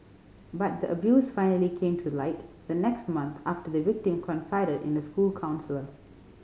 but the abuse finally came to light the next month after the victim confided in a school counsellor